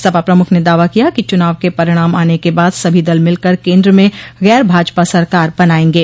सपा प्रमुख ने दावा किया कि चुनाव के परिणाम आने के बाद सभी दल मिलकर केन्द्र में गैर भाजपा सरकार बनायेंगे